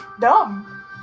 dumb